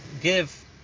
give